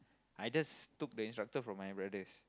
I just took the instructor from my brothers